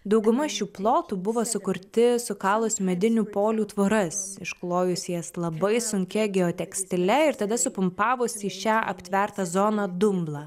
dauguma šių plotų buvo sukurti sukalus medinių polių tvoras išklojus jas labai sunkia geotekstile ir tada supumpavusi į šią aptvertą zoną dumblą